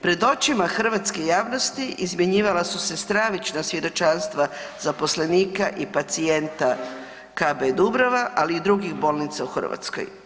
Pred očima hrvatske javnosti izmjenjivala su se stravična svjedočanstva zaposlenika i pacijenta KB Dubrava ali i drugih bolnica u Hrvatskoj.